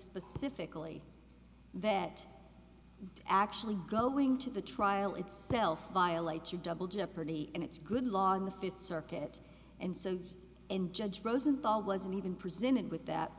specifically that actually going to the trial itself violates you double jeopardy and it's good law on the fifth circuit and so in judge rosenthal wasn't even presented with that